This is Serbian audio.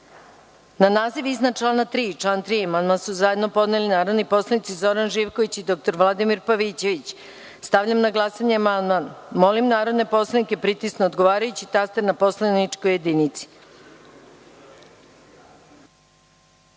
naziv iznad člana 11. i član 11. amandman su zajedno podneli narodni poslanici Zoran Živković i dr Vladimir Pavićević. Stavljam na glasanje amandman. Molim narodne poslanike da pritisnu odgovarajući taster na poslaničkoj